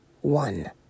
One